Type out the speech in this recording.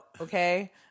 okay